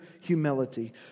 humility